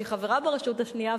שהיא חברה ברשות השנייה,